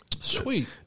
Sweet